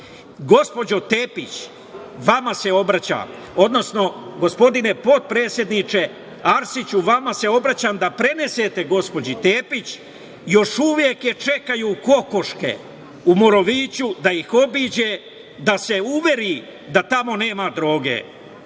Tepić, vama se obraćam, odnosno gospodine potpredsedniče Arsiću, vama se obraćam da prenesete gospođi Tepić, još uvek je čekaju kokoške u Moroviću, da ih obiđe, da se uveri da tamo nema droge.